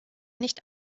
nicht